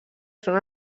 són